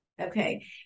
Okay